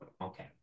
okay